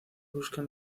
buscan